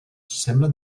semblen